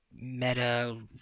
meta